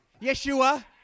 Yeshua